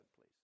please